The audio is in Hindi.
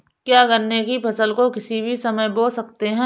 क्या गन्ने की फसल को किसी भी समय बो सकते हैं?